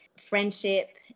Friendship